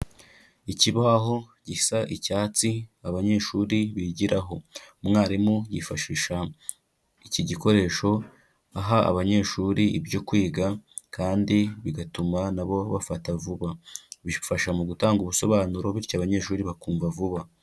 Ikibaho gisa icyatsi, abanyeshuri bigiraho. Umwarimu yifashisha iki gikoresho aha abanyeshuri ibyo kwiga, kandi bigatuma na bo bafata vuba. Bifasha mu gutanga ubusobanuro, bityo abanyeshuri bakumva vuba.